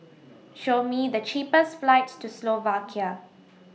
Show Me The cheapest flights to Slovakia